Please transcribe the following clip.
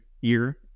year